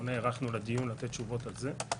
לא נערכנו לדיון לתת תשובות על זה,